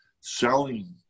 selling